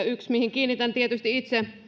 yksi mihin kiinnitän tietysti itse